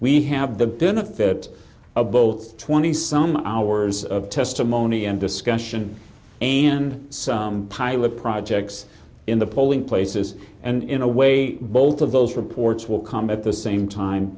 we have the benefit of both twenty some hours of testimony and discussion and some pilot projects in the polling places and in a way both of those reports will come at the same time